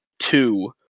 two